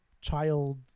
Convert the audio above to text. child